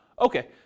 okay